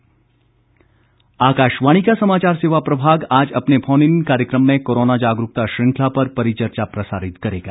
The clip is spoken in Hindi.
परिचर्चा आकाशवाणी का समाचार सेवा प्रभाग आज अपने फोन इन कार्यक्रम में कोरोना जागरूकता श्रृंखला पर परिचर्चा प्रसारित करेगा